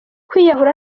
kwiyahura